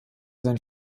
sein